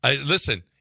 Listen